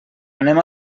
anem